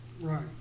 Right